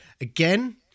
again